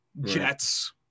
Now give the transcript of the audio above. Jets